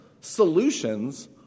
solutions